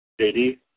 JD